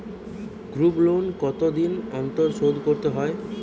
Group loan কতদিন অন্তর শোধকরতে হয়?